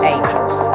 Angels